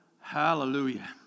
Hallelujah